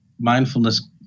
mindfulness